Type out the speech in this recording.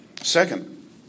Second